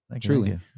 truly